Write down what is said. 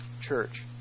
Church